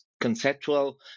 conceptual